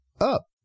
up